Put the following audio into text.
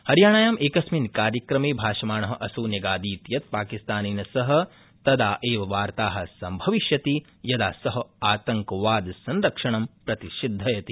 हरियाणाम् एकस्मिन् कार्यक्रमे भाषमाण असौ न्यगादीत् यत् पाकिस्तानेन सह तदा एव वार्ता सम्भविष्यति यदा स आतंकवादसंरक्षणं प्रतिषिद्धयति